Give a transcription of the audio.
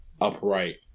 upright